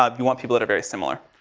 um you want people that are very similar.